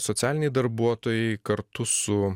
socialiniai darbuotojai kartu su